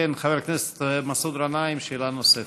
כן, חבר הכנסת מסעוד גנאים, שאלה נוספת.